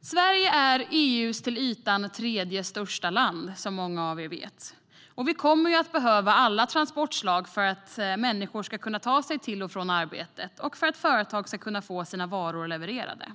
Sverige är, som många av er vet, EU:s till ytan tredje största land, och vi kommer att behöva alla transportslag för att människor ska kunna ta sig till och från arbetet och företag få sina varor levererade.